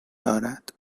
دارد